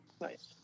Nice